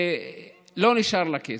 לא נשאר לה כסף.